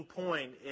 point